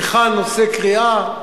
היכן עושה קריעה.